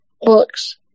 books